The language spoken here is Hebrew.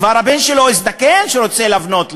כבר הבן שלו, שהוא רוצה לבנות לו,